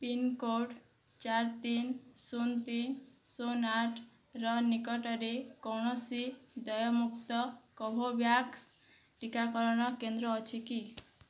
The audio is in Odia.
ପିନ୍କୋଡ଼୍ ଚାରି ତିନି ଶୂନ ତିନି ଶୂନ ଆଠର ନିକଟରେ କୌଣସି ଦେୟମୁକ୍ତ କୋଭୋଭ୍ୟାକ୍ସ ଟିକାକରଣ କେନ୍ଦ୍ର ଅଛି କି